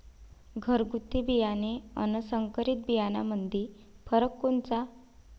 घरगुती बियाणे अन संकरीत बियाणामंदी फरक कोनचा?